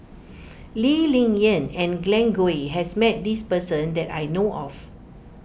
Lee Ling Yen and Glen Goei has met this person that I know of